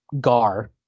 Gar